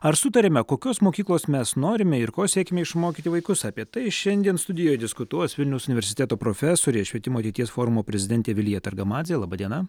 ar sutarėme kokios mokyklos mes norime ir ko siekiame išmokyti vaikus apie tai šiandien studijoje diskutuos vilniaus universiteto profesorė švietimo ateities forumo prezidentė vilija targamadzė laba diena